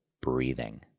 breathing